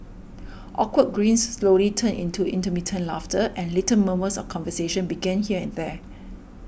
awkward grins slowly turned into intermittent laughter and little murmurs of conversation began here and there